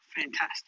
fantastic